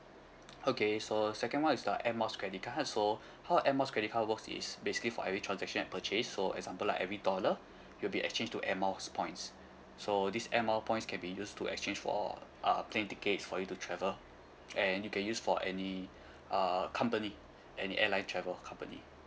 okay so second one is the air miles credit card so how a air miles credit card works is basically for every transaction and purchase so example like every dollar it'll be exchanged to air miles points so these air mile points can be used to exchange for uh plane tickets for you to travel and you can use for any uh company any airline travel company